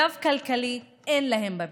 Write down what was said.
גב כלכלי אין להם בבידוד.